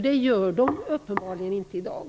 Det gör de uppenbarligen inte i dag.